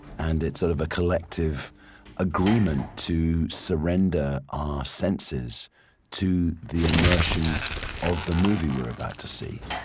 and it's sort of a collective agreement to surrender our senses to the immersion of the movie we're about to see,